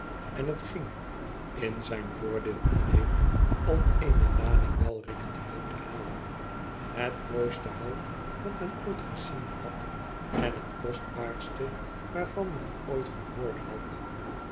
en het ging in zijn voordeel alleen om eene lading welriekend hout te halen het mooiste hout dat men ooit gezien had en het kostbaarste waarvan men ooit gehoord had